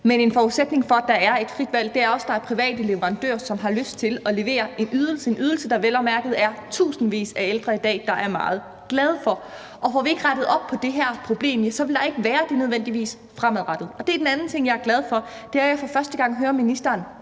Men en forudsætning for, at der er et frit valg, er, at der er private leverandører, som har lyst til at levere en ydelse – vel at mærke en ydelse, som der i dag er tusindvis af ældre der er meget glade for – og får vi ikke rettet op på det her problem, vil der ikke nødvendigvis være det fremadrettet. En anden ting, jeg er glad for, er, at jeg for første gang hører ministeren